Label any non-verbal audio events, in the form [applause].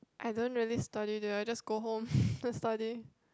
I don't really study there I just go home [breath] and study